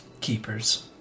keepers